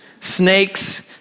snakes